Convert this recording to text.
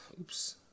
oops